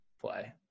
play